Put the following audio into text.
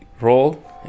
role